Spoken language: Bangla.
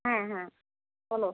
হ্যাঁ হ্যাঁ বলো